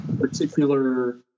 particular